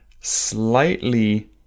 slightly